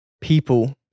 people